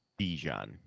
Bijan